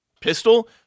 pistol